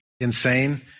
Insane